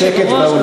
שקט באולם בבקשה.